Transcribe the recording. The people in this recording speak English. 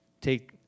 take